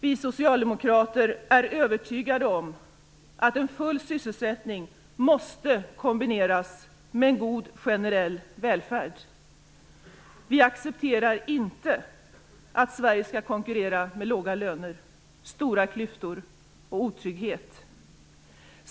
Vi socialdemokrater är övertygade om att en full sysselsättning måste kombineras med en god generell välfärd. Vi accepterar inte att Sverige skall konkurrera med låga löner, stora klyftor och otrygghet.